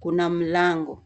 kuna mlango.